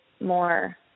more